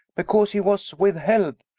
because he was with-held,